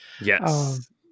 yes